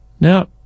Now